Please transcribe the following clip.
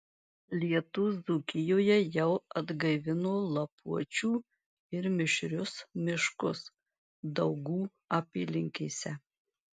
lietūs dzūkijoje jau atgaivino lapuočių ir mišrius miškus daugų apylinkėse